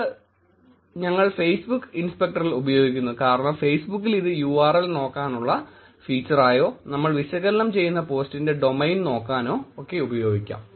ഇത് ഞങ്ങൾ ഫേസ്ബുക് ഇൻസ്പെക്ടറിൽ ഉപയോഗിക്കുന്നു കാരണം ഫേസ്ബുക്കിൽ ഇത് URL നോക്കാനുള്ള ഫീച്ചറായോ നമ്മൾ വിശകലന ചെയ്യുന്ന പോസ്റ്റിന്റെ ഡൊമൈൻ നോക്കാനോ ഉപയോഗിക്കാം